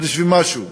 חודש ומשהו,